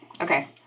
Okay